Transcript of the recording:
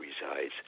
resides